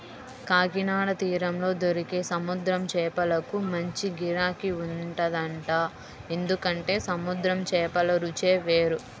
కాకినాడ తీరంలో దొరికే సముద్రం చేపలకు మంచి గిరాకీ ఉంటదంట, ఎందుకంటే సముద్రం చేపల రుచే వేరు